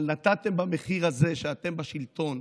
אבל נתתם במחיר הזה שאתם בשלטון